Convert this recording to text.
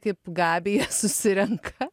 kaip gabija susirenka